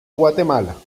guatemala